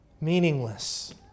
meaningless